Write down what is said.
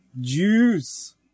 Juice